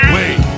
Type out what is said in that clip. Wait